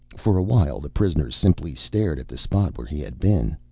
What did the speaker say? for a while, the prisoners simply stared at the spot where he had been.